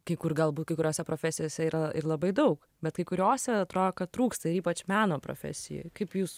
kai kur galbūt kai kuriose profesijose yra ir labai daug bet kai kuriose atrodo kad trūksta ir ypač meno profesijoj kaip jūs